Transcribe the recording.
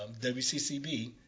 WCCB